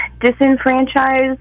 disenfranchised